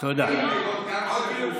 זה לא כל כך נעים לראות גן סגור.